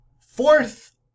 fourth